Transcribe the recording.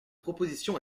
proposition